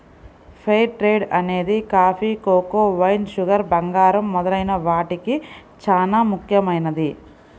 fair trade అనేది coffee, cocoa, wine, sugar, బంగారం మొదలైన వాటికి చానా ముఖ్యమైనది